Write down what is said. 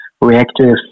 reactive